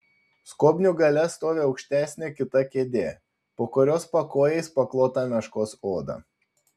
skobnių gale stovi aukštesnė kita kėdė po kurios pakojais paklota meškos oda